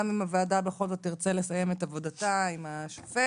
גם עם הוועדה בכל זאת תרצה לסיים את עבודתה עם השופט,